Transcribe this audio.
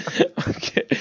Okay